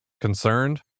concerned